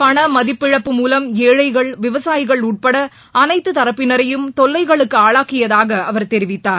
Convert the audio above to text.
பண மதிப்பிழப்பு மூலம் ஏழைகள் விவசாயிகள் உள்பட அனைத்து தரப்பினரையும் தொல்லைகளுக்கு ஆளாக்கியதாக அவர் தெரிவித்தார்